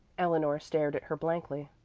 eleanor stared at her blankly.